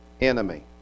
enemy